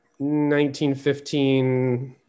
1915